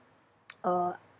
uh